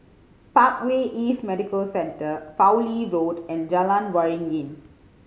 Parkway East Medical Centre Fowlie Road and Jalan Waringin